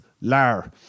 lar